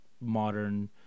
modern